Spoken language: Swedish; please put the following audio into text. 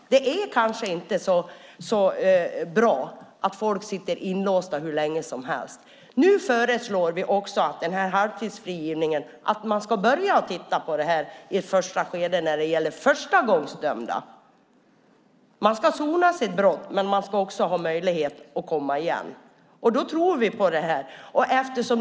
Det är kanske inte så bra att folk sitter inlåsta hur länge som helst. Nu föreslår vi också att man i ett första skede ska börja titta på halvtidsfrigivningen när det gäller förstagångsdömda. Människor ska sona sina brott, men de ska också ha möjlighet att komma igen. Då tror vi på detta.